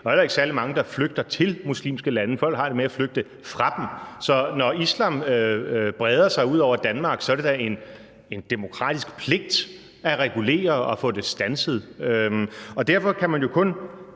jo heller ikke særlig mange, der flygter til muslimske lande – folk har det med at flygte fra dem. Så når islam breder sig ud over Danmark, er det da en demokratisk pligt at regulere og få det standset. Og derfor kan man jo kun